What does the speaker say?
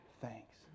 thanks